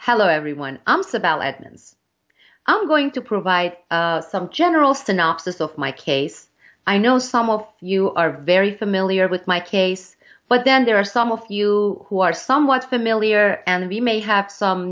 hello everyone i'm sabella adman's i'm going to provide some general synopsis of my case i know some of you are very familiar with my case but then there are some of you who are somewhat familiar and we may have some